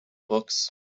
books